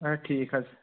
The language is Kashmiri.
آ ٹھیٖک حظ